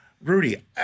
Rudy